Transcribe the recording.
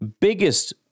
biggest